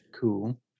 Cool